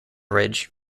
ridge